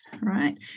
right